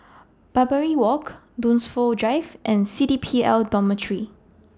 Barbary Walk Dunsfold Drive and C D P L Dormitory